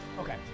okay